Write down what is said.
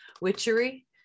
Witchery